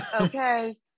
okay